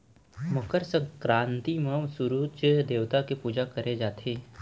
मकर संकरांति म सूरूज देवता के पूजा करे जाथे